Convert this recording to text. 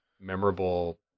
memorable